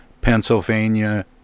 Pennsylvania